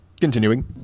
Continuing